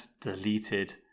deleted